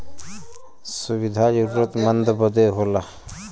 सुविधा जरूरतमन्द बदे होला